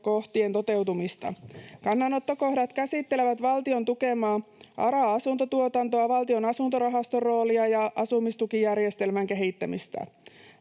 toteutumista. Kannanottokohdat käsittelevät valtion tukemaa ARA-asuntotuotantoa, Valtion asuntorahaston roolia ja asumistukijärjestelmän kehittämistä.